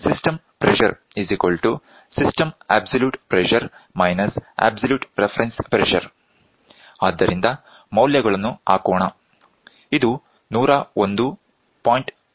System Pressure Absolute Pressure of system- Absolute Reference pressure system pressure system absolute pressure absolute reference pressure ಆದ್ದರಿಂದ ಮೌಲ್ಯಗಳನ್ನು ಹಾಕೋಣ ಇದು 101